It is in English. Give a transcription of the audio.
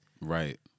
Right